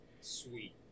sweet